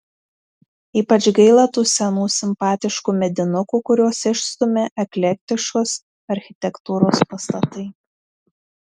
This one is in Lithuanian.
ypač gaila tų senų simpatiškų medinukų kuriuos išstumia eklektiškos architektūros pastatai